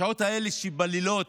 בשעות האלה בלילות,